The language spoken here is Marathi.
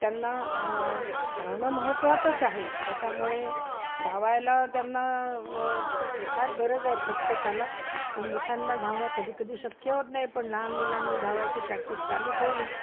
त्यांना धावणं महत्त्वाचंच आहे त्याच्यामुळे धावायला त्यांना फार गरज आहे प्रत्येकाला पण मोठ्यांना धावणं कधी कधी शक्य होत नाही पण लहान मुलांनी धावायची प्रॅक्टिस चालू ठेवली